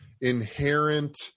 inherent